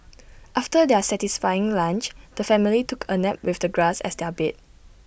after their satisfying lunch the family took A nap with the grass as their bed